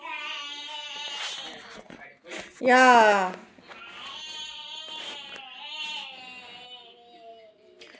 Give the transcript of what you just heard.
ya